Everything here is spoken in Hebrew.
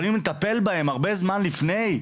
אבל אם נטפל בהם הרבה זמן לפני,